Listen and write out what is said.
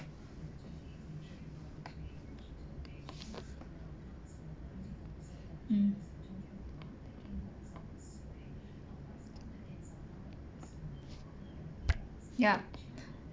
mm yup